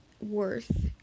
worth